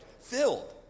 Filled